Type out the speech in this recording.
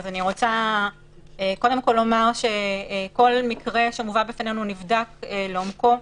אז אני רוצה קודם כול לומר שכל מקרה שמובא בפנינו נבדק לעומקו.